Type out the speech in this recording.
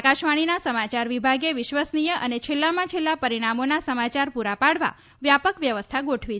આકાશવાણીના સમાચાર વિભાગે વિશ્વસનીય અને છેલ્લામાં છેલ્લા પરિણામોના સમાચાર પૂરા પાડવા વ્યાપક વ્યવસ્થા ગોઠવી છે